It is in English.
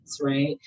right